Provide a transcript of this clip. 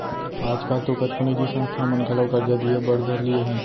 आज काल तो कतको निजी संस्था मन घलौ करजा दिये बर धर लिये हें